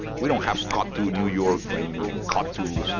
we don't have cut to new york raining and cut to,